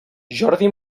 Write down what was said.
jordi